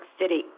City